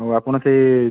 ହଉ ଆପଣ ସେଇ